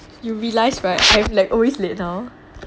you realise [right] I like always late now